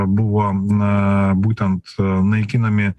buvo na būtent naikinami